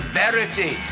verity